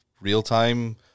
Real-time